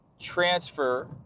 Transfer